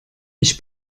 ich